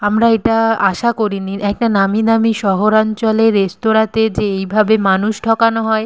আমরা এটা আশা করিনি একটা নামীদামি শহরাঞ্চলের রেস্তোরাঁতে যে এইভাবে মানুষ ঠকানো হয়